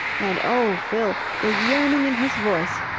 and oh, fill, the yearning in his voice.